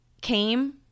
came